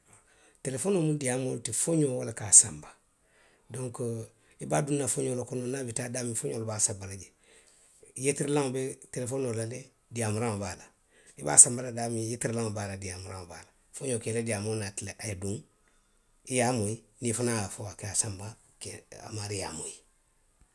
Telefonoo mu diyaamoo le ti, foňoo, wo le ka a sanba donku i be a duŋna foňoo le kono, niŋ a bi taa daamiŋ, foňoo le be a sanba la jee. yeetirilaŋo be telefonoo la le, diyaamuraŋo be a la. I be a sanba la daamiŋ yeetiri laŋo be a la, diyaamuraŋo be a la. Foňoo ka i la diyaamoo naati le a ye duŋ, i ye a moyi, niŋ i fanaŋ ye a fo a ke a sanba, ke, a maarii ye a moyi.